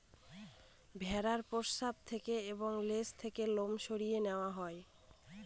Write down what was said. ভেড়ার পশ্চাৎ থেকে এবং লেজ থেকে লোম সরিয়ে নেওয়া হয়